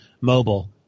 mobile